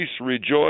rejoice